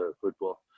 football